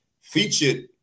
featured